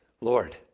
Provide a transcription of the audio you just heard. Lord